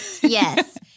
Yes